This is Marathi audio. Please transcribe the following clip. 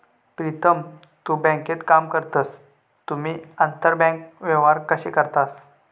प्रीतम तु बँकेत काम करतस तुम्ही आंतरबँक व्यवहार कशे करतास?